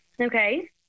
Okay